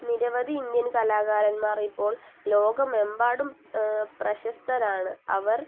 നിരവധി ഇന്ത്യൻ കലാകാരന്മാറിപ്പോൾ ലോകമെമ്പാടും പ്രശസ്തരാണ് അവർ